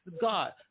God